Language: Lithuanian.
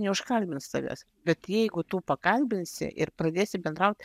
neužkalbins tavęs bet jeigu tu pakalbinsi ir pradėsi bendraut